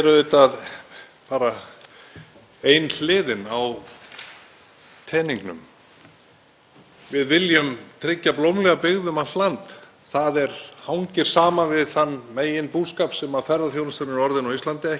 Það hangir saman við þann meginbúskap sem ferðaþjónustan er orðin á Íslandi. Ekki viljum við hafa hér yfirgefin eyðibýli þar sem enginn búskapur á sér stað. Við vitum að hollmetið sem við höfum hér í þessari matvælakistu